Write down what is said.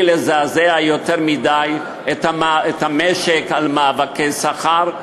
לזעזע יותר מדי את המשק במאבקי שכר,